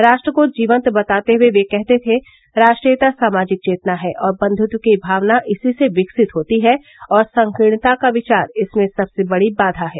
राष्ट्र को जीवन्त बताते हुए वे कहते थे राष्ट्रीयता सामाजिक चेतना है और बंधुत्व की भावना इसी से विकसित होती है और संकीर्णता का विचार इसमें सबसे बड़ी बाधा है